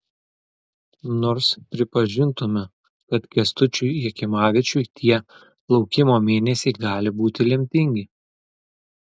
nors pripažintume kad kęstučiui jakimavičiui tie laukimo mėnesiai gali būti lemtingi